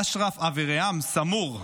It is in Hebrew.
אשרף אברהים סמור.